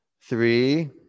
Three